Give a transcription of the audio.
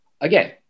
again